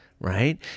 right